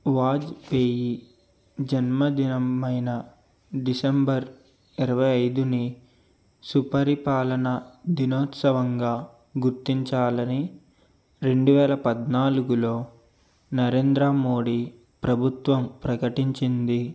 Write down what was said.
వాజ్పేయి జన్మదినమైన డిసెంబర్ ఇరవై ఐదుని సుపరిపాలన దినోత్సవంగా గుర్తించాలని రెండు వేల పద్నాలుగులో నరేంద్ర మోడి ప్రభుత్వం ప్రకటించింది